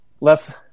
less